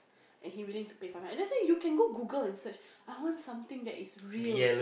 and he willing to pay five hundred then I say you can go Google and search I want something that is real